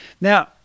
Now